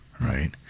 right